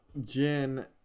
Jin